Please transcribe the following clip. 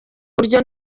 buryo